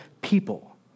people